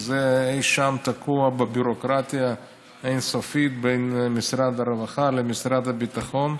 שזה תקוע אי שם בביורוקרטיה האין-סופית בין משרד הרווחה למשרד הביטחון.